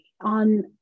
on